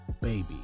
baby